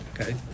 Okay